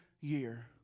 year